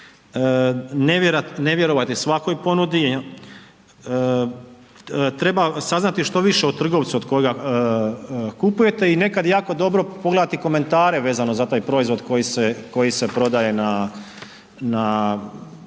ne vjerovati svakoj ponudi. Treba saznati što više o trgovcu od koga kupujete i nekad jako dobro pogledati komentare vezano za taj proizvod koji se, koji se prodaje